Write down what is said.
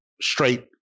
straight